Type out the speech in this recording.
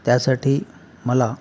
त्यासाठी मला